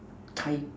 tie